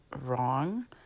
wrong